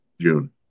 June